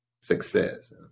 success